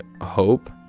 hope